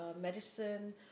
medicine